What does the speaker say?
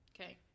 okay